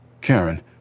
Karen